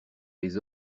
les